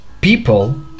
people